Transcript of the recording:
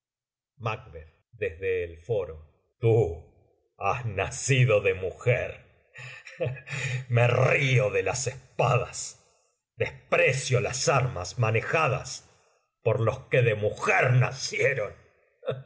foro tú has nacido de mujer me río de las espadas desprecio las armas manejadas por los que de mujer nacieron